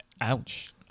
Ouch